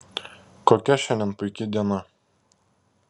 kokia šiandien puiki diena